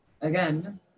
again